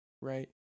right